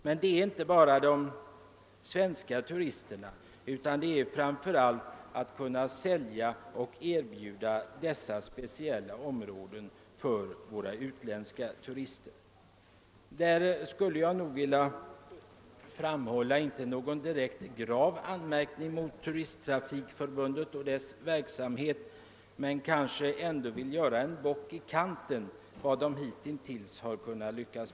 Men det är inte bara fråga om de svenska turisterna, utan det gäller framför allt att kunna erbjuda och sälja dessa speciella områden och anläggningar till våra utländska turister. Jag vill inte framställa någon direkt grav anmärkning mot Turisttrafikförbundet och dess verksamhet, men jag skulle kanske ändå vilja sätta en bock i kanten för vad förbundet hittills har lyckats åstadkomma.